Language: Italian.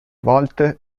volte